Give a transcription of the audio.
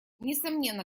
несомненно